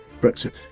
Brexit